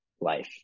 life